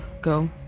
go